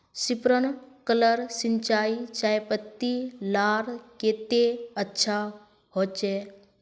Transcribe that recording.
Sprinkler सिंचाई चयपत्ति लार केते अच्छा होचए?